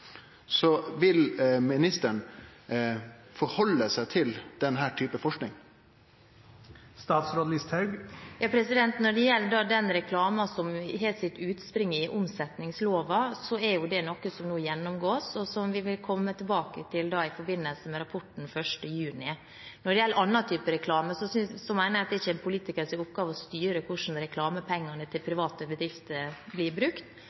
Vil ministeren ta omsyn til denne typen forsking? Når det gjelder reklame som har sitt utspring i omsetningsloven, er det noe som må gjennomgås, og som vi vil komme tilbake til i forbindelse med rapporten den 1. juni. Når det gjelder annen reklame, mener jeg det ikke er politikernes oppgave å styre hvordan reklamepengene til private bedrifter blir brukt